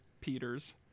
Peters